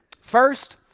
First